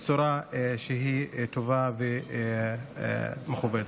בצורה שהיא טובה ומכובדת.